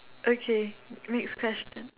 okay next question